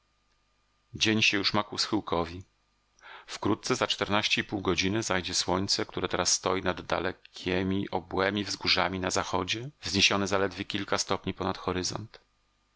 dzień się już ma ku schyłkowi wkrótce za czternaście i pół godziny zajdzie słońce które teraz stoi nad dalekiemi obłemi wzgórzami na zachodzie wzniesione zaledwie kilka stopni ponad horyzont